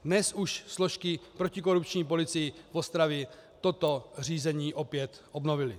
Dnes už složky protikorupční policie v Ostravě toto řízení opět obnovily.